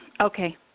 Okay